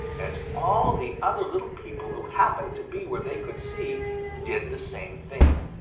and all the other little people who happened to be where they could see did the same thing.